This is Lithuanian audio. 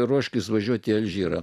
ruoškis važiuoti į alžyrą